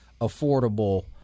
affordable